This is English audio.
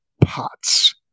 pots